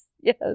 Yes